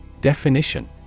Definition